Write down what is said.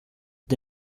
the